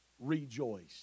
rejoice